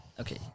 Okay